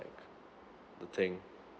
the thing